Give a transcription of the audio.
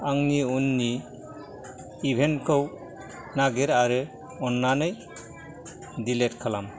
आंनि उननि इभेनखौ नागिर आरो अन्नानै दिलेट खालाम